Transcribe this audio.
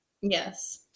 Yes